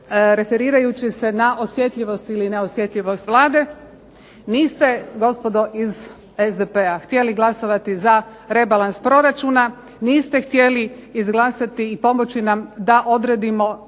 referirajući se na osjetljivost ili neosjetljivost Vlade. Niste gospodo iz SDP htjeli glasovati za rebalans proračuna, niste htjeli izglasati i pomoći nam da odredimo